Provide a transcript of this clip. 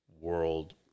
world